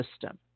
system